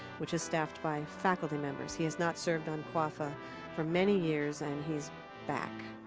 which is staffed by faculty members. he has not served on cuafa for many years, and he's back.